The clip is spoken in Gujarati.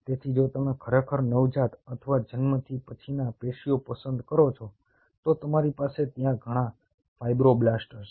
તેથી જો તમે ખરેખર નવજાત અથવા જન્મથી પછીના પેશીઓ પસંદ કરો છો તો તમારી પાસે ત્યાં ઘણાં ફાઇબ્રોબ્લાસ્ટ હશે